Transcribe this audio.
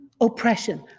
oppression